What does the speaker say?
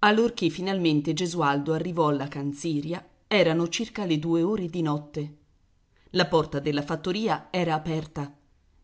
allorché finalmente gesualdo arrivò alla canziria erano circa due ore di notte la porta della fattoria era aperta